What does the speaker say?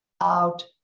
out